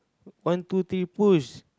one two three push